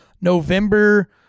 November